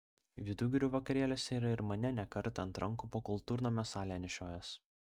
vidugirių vakarėliuose yra ir mane ne kartą ant rankų po kultūrnamio salę nešiojęs